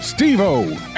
Steve-O